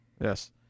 yes